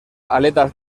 aletas